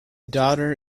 daughter